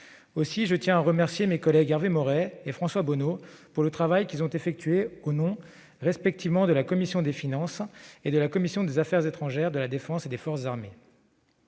Aussi, je tiens à remercier mes collègues Hervé Maurey et François Bonneau du travail qu'ils ont effectué, respectivement au nom de la commission des finances et de la commission des affaires étrangères, de la défense et des forces armées.